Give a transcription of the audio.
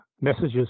Messages